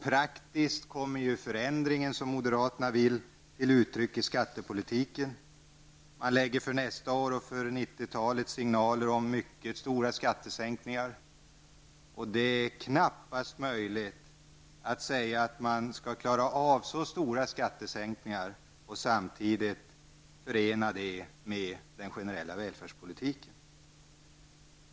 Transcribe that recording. Praktiskt kommer den förändring som moderaterna vill åstadkomma till uttryck i skattepolitiken. Man har för nästa år och för resten av 1990-talet signaler om mycket stora skattesänkningar. Det är knappast möjligt att man skall kunna klara så stora skattesänkningar och förena det med den generella välfärdspolitiken.